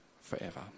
forever